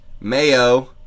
Mayo